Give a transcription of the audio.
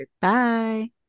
Bye